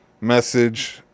message